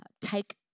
take